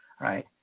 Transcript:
right